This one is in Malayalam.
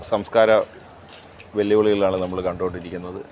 സംസ്കാര വെല്ലുവിളികളാണ് നമ്മൾ കണ്ടുകൊണ്ടിരിക്കുന്നത്